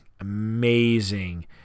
Amazing